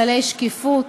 כללי שקיפות),